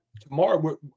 Tomorrow